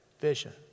Vision